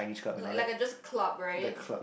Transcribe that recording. like like I just club right